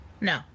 No